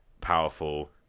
powerful